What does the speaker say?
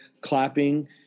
clapping